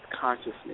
consciousness